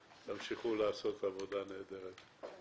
אין הצעת תקנות עובדים זרים(פיקדון לעובדים זרים)(תיקון),